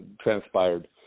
transpired